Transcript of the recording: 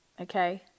Okay